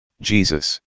Jesus